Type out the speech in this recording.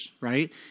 right